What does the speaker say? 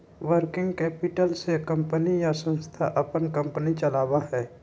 working capital से company या संस्था अपन कंपनी चलावा हई